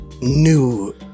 new